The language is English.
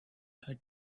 had